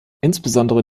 insbesondere